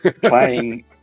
playing